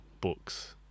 books